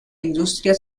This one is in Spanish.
industria